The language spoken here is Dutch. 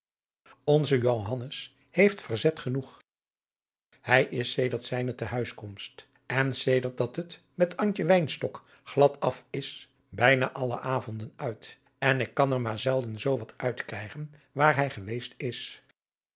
johannes heeft verzet genoeg hij is sedert zijne te huiskomst en sedert dat het met antje wynstok glad af is bijna alle avonden uit en ik kan er maar zelden zoo wat uit krijgen waar hij geweest is